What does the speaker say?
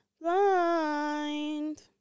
blind